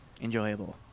enjoyable